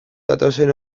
datozen